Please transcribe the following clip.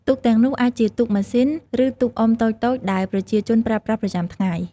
ទូកទាំងនោះអាចជាទូកម៉ាស៊ីនឬទូកអុំតូចៗដែលប្រជាជនប្រើប្រាស់ប្រចាំថ្ងៃ។